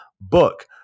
book